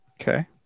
Okay